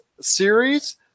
series